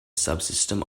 subsystem